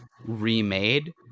remade